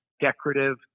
decorative